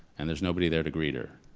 and there's nobody there to greet her.